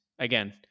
Again